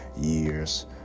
years